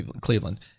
Cleveland